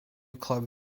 club